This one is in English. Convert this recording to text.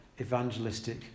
evangelistic